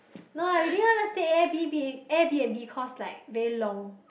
no leh we didn't even stay Airbnb Airbnb cause like very long